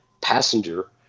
passenger